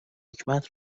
حکمت